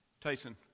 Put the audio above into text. Tyson